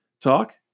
Talk